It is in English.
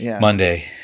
Monday